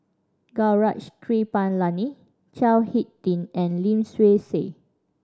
Gaurav Kripalani Chao Hick Tin and Lim Swee Say